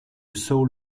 saul